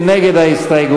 מי נגד ההסתייגות?